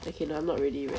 okay no I'm not ready wait